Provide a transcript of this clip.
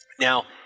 Now